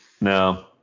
No